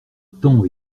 temps